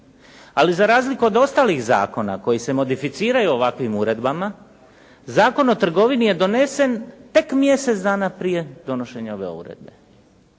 ali za razliku od ostalih zakona koji se modificiraju ovakvim uredba Zakon o trgovini je donesen tek mjesec dana prije donošenja ove uredbe.